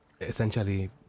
essentially